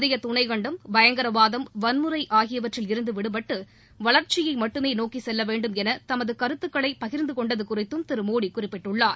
இந்திய துணைகண்டம் பயங்கரவாதம் வன்முறை ஆகியவற்றில் இருந்து விடுபட்டு வளர்ச்சியை மட்டுமே நோக்கி செல்ல வேண்டும் என தமது கருத்துக்களை பகிர்ந்து கொண்டது குறித்தும் திரு மோடி குறிப்பிட்டுள்ளார்